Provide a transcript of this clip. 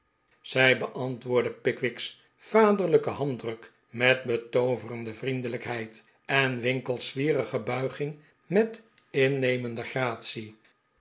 zij beantwoordde pickwick's vaderlijken handdruk met betooverende vriendelijkheid en winkle's zwierige bulging met innemende gratie